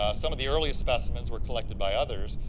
some of the earliest specimens were collected by others,